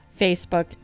Facebook